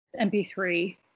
MP3